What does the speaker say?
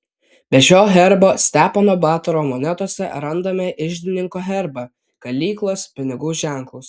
be šio herbo stepono batoro monetose randame iždininko herbą kalyklos pinigų ženklus